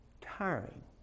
tiring